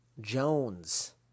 Jones